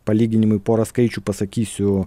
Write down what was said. palyginimui porą skaičių pasakysiu